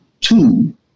Two